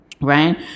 right